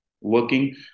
working